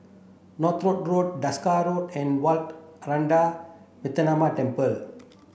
Northolt Road Desker Road and Wat Ananda Metyarama Temple